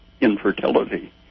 infertility